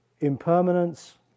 Impermanence